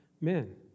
men